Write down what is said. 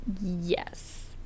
Yes